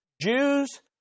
Jews